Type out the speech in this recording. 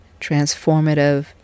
transformative